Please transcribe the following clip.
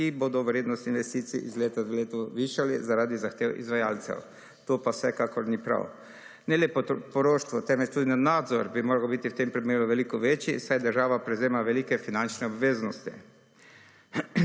ki bodo vrednost investicij iz leta v leto višali zaradi zahtev izvajalcev, to pa vsekakor ni prav. Ne le poroštvo, temveč tudi nadzor bi moral biti v tem primeru veliko večji, saj država prevzema velike finančne obveznosti.